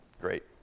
Great